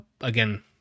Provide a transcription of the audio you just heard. Again